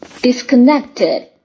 Disconnected